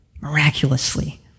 miraculously